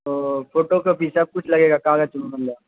تو photocopy سب کچھ لگے گا کاغذ مطلب